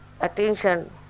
attention